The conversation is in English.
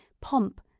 pomp